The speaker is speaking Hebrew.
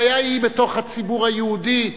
הבעיה היא בתוך הציבור היהודי,